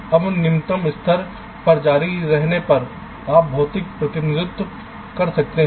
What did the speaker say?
अब निम्नतम स्तर पर जारी रहने पर आप भौतिक प्रतिनिधित्व कर सकते हैं